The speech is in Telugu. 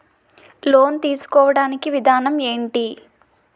లోన్ తీసుకోడానికి విధానం ఏంటి?